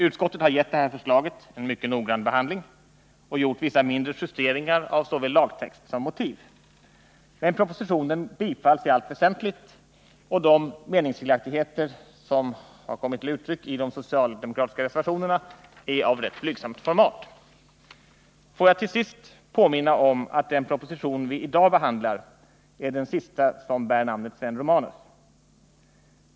Utskottet har gett det här förslaget en mycket noggrann behandling och gjort vissa mindre justeringar av såväl lagtext som motiv. Men propositionen tillstyrks i allt väsentligt, och de meningsskiljaktigheter som har kommit till uttryck i de två socialdemo kratiska reservationerna är av rätt blygsamt format. Får jag till sist påminna om att den proposition som vi i dag behandlar är den sista som bär namnet Sven Romanus.